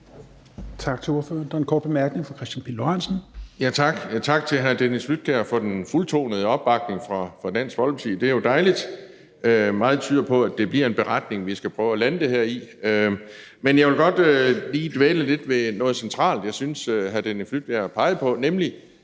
Pihl Lorentzen. Kl. 16:18 Kristian Pihl Lorentzen (V): Tak. Og tak til hr. Dennis Flydtkjær for den fuldtonede opbakning fra Dansk Folkeparti – det er jo dejligt. Meget tyder på, at det bliver en beretning, vi skal prøve at lande det her i. Men jeg vil godt lige dvæle lidt ved noget centralt, som hr. Dennis Flydtkjær pegede på, nemlig